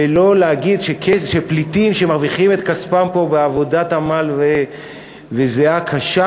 ולא להגיד שפליטים שמרוויחים את כספם פה בעבודת עמל וזיעה קשה,